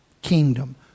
Kingdom